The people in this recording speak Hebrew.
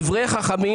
דברי חכמים